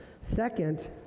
Second